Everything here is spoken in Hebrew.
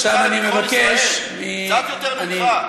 עכשיו, אני מבקש, קצת יותר ממך.